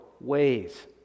ways